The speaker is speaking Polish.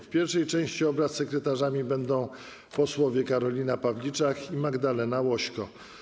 W pierwszej części obrad sekretarzami będą posłowie Karolina Pawliczak i Magdalena Łośko.